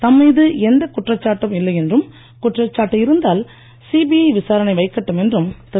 தம் மீது எந்தக் குற்றச்சாட்டும் இல்லை என்றும் குற்றச்சாட்டு இருந்தால் சிபிஐ விசாரணை வைக்கட்டும் என்றும் திரு